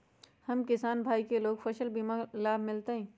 हम किसान भाई लोग फसल बीमा के लाभ मिलतई?